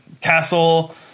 Castle